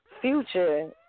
Future